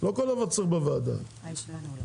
הישיבה נעולה.